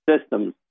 systems